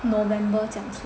November 讲错